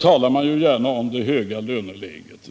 talar man gärna om det höga löneläget.